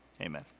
amen